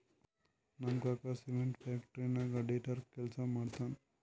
ನಮ್ ಕಾಕಾ cement factory ನಾಗ್ ಅಡಿಟರ್ ಕೆಲ್ಸಾ ಮಾಡ್ತಾರ್